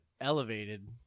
elevated